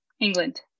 England